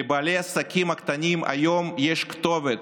לבעלי העסקים הקטנים היום יש כתובת,